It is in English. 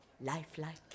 lifelike